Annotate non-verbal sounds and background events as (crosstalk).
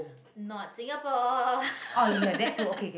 (breath) not singapore (laughs)